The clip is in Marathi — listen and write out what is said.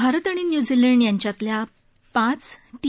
भारत आणि न्यूझीलंड यांच्यातल्या पाच टी